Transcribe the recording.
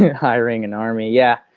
hiring an army, yeah.